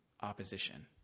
opposition